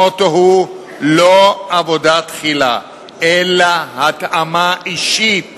המוטו הוא לא עבודה תחילה אלא התאמה אישית